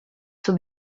suo